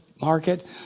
market